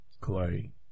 Clay